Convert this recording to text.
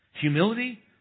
Humility